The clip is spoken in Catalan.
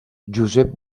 josep